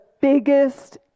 biggest